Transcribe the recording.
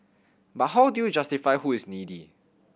but how do you justify who is needy